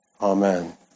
Amen